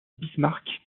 bismarck